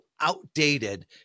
outdated